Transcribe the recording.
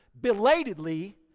belatedly